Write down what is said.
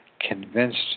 convinced